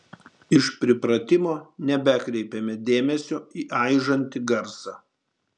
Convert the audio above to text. iš pripratimo nebekreipėme dėmesio į aižantį garsą